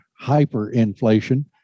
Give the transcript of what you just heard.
hyperinflation